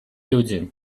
люди